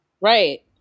Right